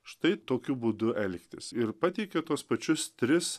štai tokiu būdu elgtis ir pateikia tuos pačius tris